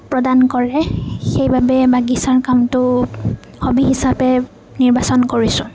প্ৰদান কৰে সেইবাবে বাগিচাৰ কামটো হবি হিচাপে নিৰ্বাচন কৰিছোঁ